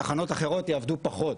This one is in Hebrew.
תחנות אחרות יעבדו פחות,